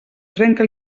trenca